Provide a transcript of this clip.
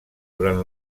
durant